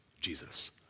Jesus